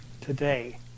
today